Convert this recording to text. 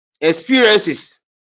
experiences